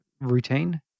routine